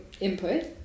input